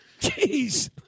Jeez